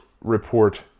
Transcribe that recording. report